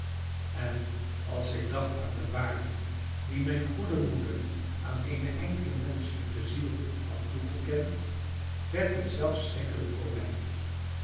en als ik dacht aan de waarde die mijn goede moeder aan eene enkele menschelijke ziel had toegekend werd het zelfs schrikkelijk voor mij